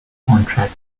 contract